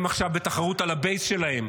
הם עכשיו בתחרות על הבייס שלהם,